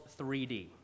3D